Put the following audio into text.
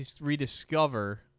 rediscover